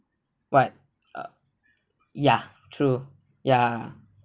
but ah ya true ya